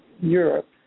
Europe